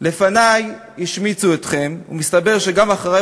לפני השמיצו אתכם ומסתבר שגם אחרי,